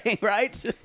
right